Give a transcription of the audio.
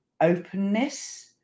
openness